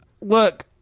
Look